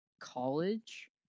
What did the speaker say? college